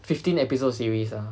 fifteen episode series ah